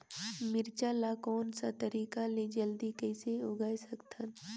मिरचा ला कोन सा तरीका ले जल्दी कइसे उगाय सकथन?